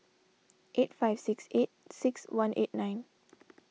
eight five six eight six one eight nine